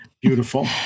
beautiful